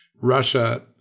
Russia